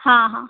हां हां